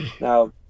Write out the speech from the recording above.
Now